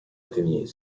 ateniesi